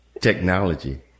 technology